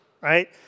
right